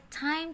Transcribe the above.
time